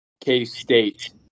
K-State